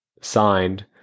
signed